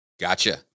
Gotcha